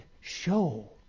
show